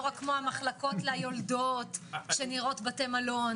לא רק כמו המחלקות ליולדות שנראות בתי מלון